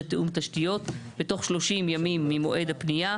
תיאום תשתיות בתוך 30 ימים ממועד הפנייה".